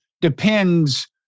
depends